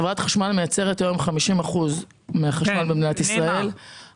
חברת החשמל מייצרת היום 50% מהחשמל במדינת ישראל,